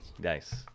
Nice